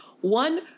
One